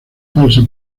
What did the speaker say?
falsa